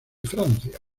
francia